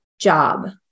job